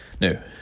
No